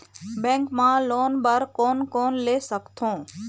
Bank मा loan बर कोन कोन ले सकथों?